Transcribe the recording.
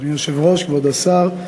אדוני היושב-ראש, כבוד השר,